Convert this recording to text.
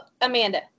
Amanda